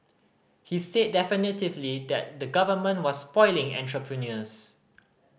he said definitively that the Government was spoiling entrepreneurs